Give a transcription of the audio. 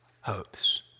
hopes